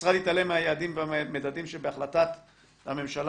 המשרד התעלם מהיעדים ומהמדדים שבהחלטת הממשלה